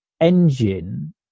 engine